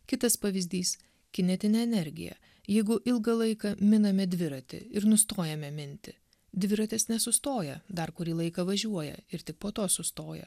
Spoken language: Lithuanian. kitas pavyzdys kinetinė energija jeigu ilgą laiką miname dviratį ir nustojame minti dviratis nesustoja dar kurį laiką važiuoja ir tik po to sustoja